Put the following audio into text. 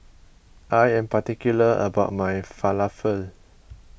I am particular about my Falafel